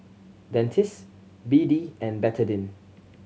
Dentiste B D and Betadine